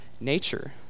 nature